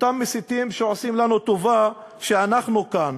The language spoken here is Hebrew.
אותם מסיתים, שעושים לנו טובה שאנחנו כאן,